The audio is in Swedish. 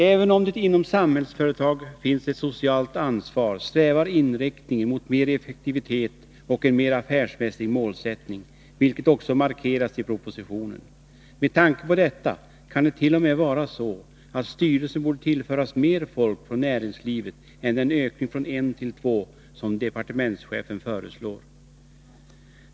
Även om det inom Samhällsföretag finns ett socialt ansvar, strävar man mot mer effektivitet och en mer affärsmässig inriktning, vilket också markeras i propositionen. Med tanke på detta kan det t.o.m. vara så att styrelsen borde tillföras mer folk från näringslivet än den ökning från en till två personer som departementschefen föreslår.